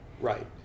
Right